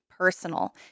Personal